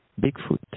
Bigfoot